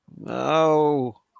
No